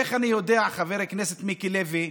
איך אני יודע, חבר הכנסת מיקי לוי,